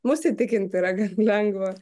mus įtikinti yra gan lengva